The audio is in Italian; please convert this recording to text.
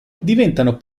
diventano